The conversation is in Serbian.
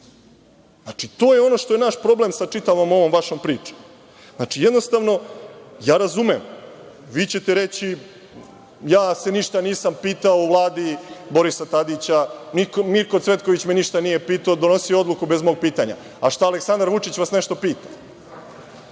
Znači, to je ono što je naš problem sa čitavom ovom vašom pričom. Ja razumem, vi ćete reći – ja se ništa nisam pitao u Vladi Borisa Tadića, Mirko Cvetković me ništa nije pitao, donosio je odluke bez mog pitanja, a Aleksandar Vučić vas nešto pita?